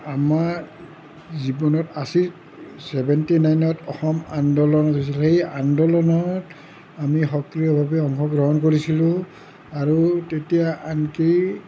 আমাৰ জীৱনত আছী চেভেণ্টি নাইনত আন্দোলন হৈছিল সেই আন্দোলনত আমি সক্ৰিয়ভাৱে অংশগ্ৰহণ কৰিছিলোঁ আৰু তেতিয়া আনকি